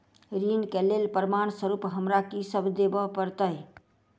ऋण केँ लेल प्रमाण स्वरूप हमरा की सब देब पड़तय?